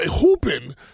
hooping